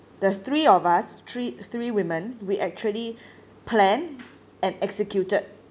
the three of us three three women we actually planned and executed